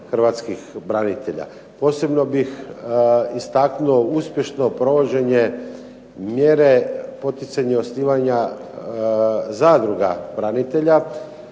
Hrvatskih branitelja. Posebno bih istaknuo uspješno provođenje mjere poticanja osnivanja zadruga branitelja,